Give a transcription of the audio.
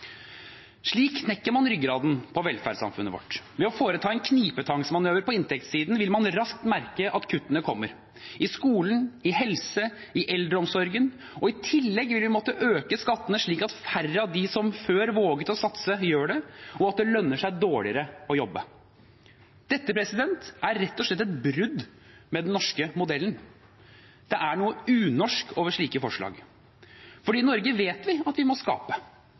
Slik knekker man ryggraden på velferdssamfunnet vårt. Ved å foreta en knipetangmanøver på inntektssiden vil man raskt merke at kuttene kommer – i skolen, i helse, i eldreomsorgen – og i tillegg vil vi måtte øke skattene slik at færre av dem som før våget å satse, gjør det, og slik at det lønner seg dårligere å jobbe. Dette er rett og slett et brudd med den norske modellen. Det er noe unorsk over slike forslag, for i Norge vet vi at vi må skape,